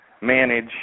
manage